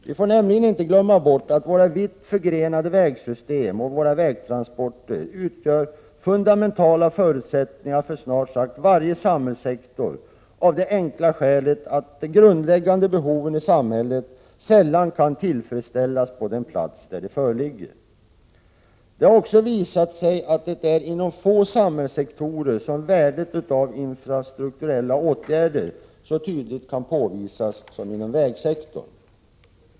Vi får nämligen inte glömma bort att våra vitt förgrenade vägsystem och våra vägtransporter utgör fundamentala förutsättningar för snart sagt varje samhällssektor av det enkla skälet att de grundläggande behoven i samhället sällan kan tillfredsställas på den plats där de föreligger. Det har också visat sig att det är inom få samhällssektorer som värdet av infrastrukturella åtgärder så tydligt kan påvisas som inom vägsektorn.